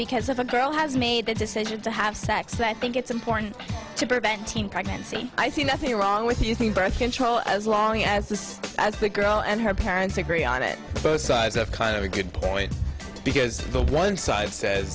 because if a girl has made the decision to have sex i think it's important to burbank teen pregnancy i see nothing wrong with using birth control as long as this girl and her parents agree on it both sides have kind of a good point because the one side says